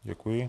Děkuji.